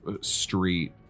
street